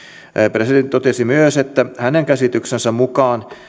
presidentti totesi myös että hänen käsityksensä mukaan